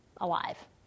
alive